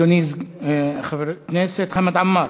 חבר הכנסת חמד עמאר,